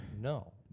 No